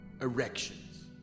Erections